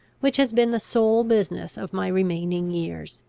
which has been the sole business of my remaining years.